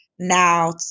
Now